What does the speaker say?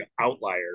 outlier